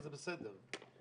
וזה בסדר,